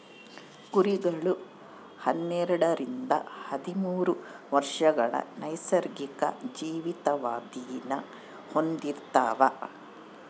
ಕುರಿಗಳು ಹನ್ನೆರಡರಿಂದ ಹದಿಮೂರು ವರ್ಷಗಳ ನೈಸರ್ಗಿಕ ಜೀವಿತಾವಧಿನ ಹೊಂದಿರ್ತವ